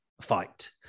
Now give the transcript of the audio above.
fight